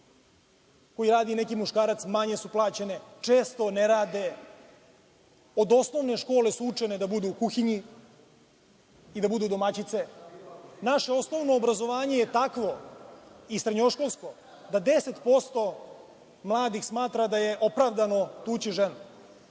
koji radi neki muškarac manje su plaćene, često ne rade. Od osnovne škole su učene da budu u kuhinji i da budu domaćice. Naše osnovno obrazovanje je takvo i srednjoškolsko da 10% mladih smatra da je opravdao tući ženu.